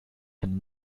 and